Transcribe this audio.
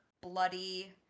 bloody